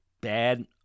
bad